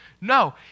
No